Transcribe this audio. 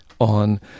on